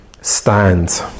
stand